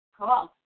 Cool